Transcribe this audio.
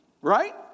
Right